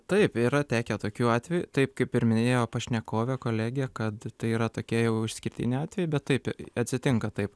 taip yra tekę tokių atvejų taip kaip ir minėjo pašnekovė kolegė kad tai yra tokie jau išskirtiniai atvejai bet taip atsitinka taip